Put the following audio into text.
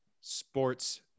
sports